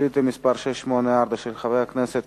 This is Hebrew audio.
חבר הכנסת